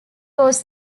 was